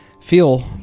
feel